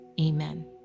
amen